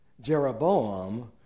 Jeroboam